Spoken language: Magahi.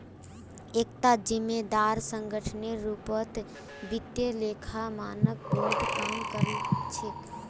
एकता जिम्मेदार संगठनेर रूपत वित्तीय लेखा मानक बोर्ड काम कर छेक